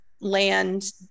Land